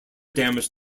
damage